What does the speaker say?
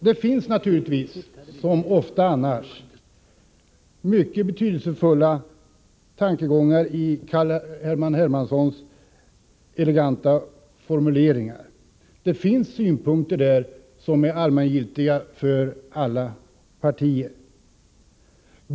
Det finns naturligtvis, som ofta annars, mycket betydelsefulla tankegångar i Carl-Henrik Hermanssons eleganta formuleringar, synpunkter som är allmängiltiga för alla partier.